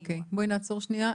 אוקיי, בואי נעצור שנייה.